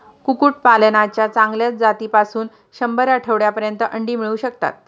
कुक्कुटपालनाच्या चांगल्या जातीपासून शंभर आठवड्यांपर्यंत अंडी मिळू शकतात